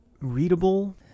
readable